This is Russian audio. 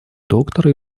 доктора